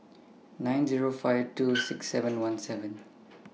nine Zero five two six seven one seven